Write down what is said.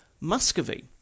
Muscovy